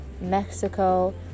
Mexico